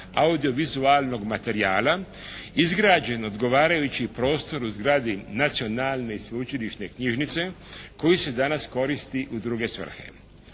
audiovizualnog materijala izgrađen odgovarajući prostor u zgradi nacionalne i sveučilišne knjižnice koji se danas koristi u druge svrhe.